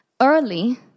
early